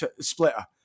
splitter